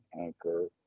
anchor